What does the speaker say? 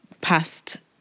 past